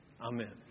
Amen